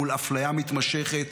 מול אפליה מתמשכת,